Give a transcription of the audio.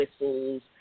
whistles